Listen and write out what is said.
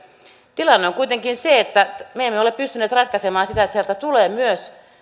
tilanne on kuitenkin se että me emme ole pystyneet ratkaisemaan sitä että sieltä tulee myös